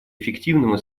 эффективного